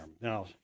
Now